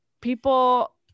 people